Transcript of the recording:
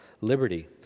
liberty